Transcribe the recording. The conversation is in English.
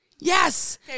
Yes